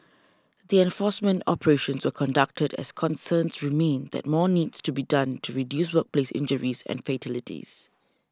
the enforcement operations were conducted as concerns remain that more needs to be done to reduce workplace injuries and fatalities